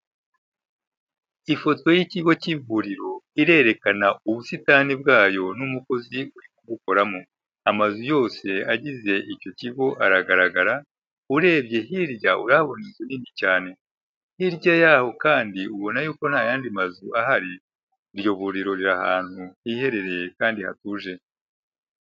Ifoto y'ikigo cy'ivuriro irerekana ubusitani bwayo n'umukozi uri kubukoramo, amazu yose agize icyo kigo aragaragara, urebye hirya urahabona inzu nini cyane, hirya yaho kandi ubona yuko nta yandi mazu ahari, iryo vuriro riri ahantu hiherereye kandi hatuje.